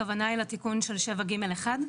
הכוונה היא לתיקון של 7 (ג') 1?